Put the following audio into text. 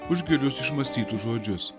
už gerus išmąstytus žodžius